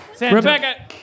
Rebecca